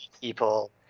people